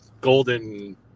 golden